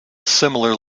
similar